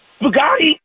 Bugatti